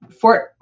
Fort